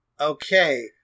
Okay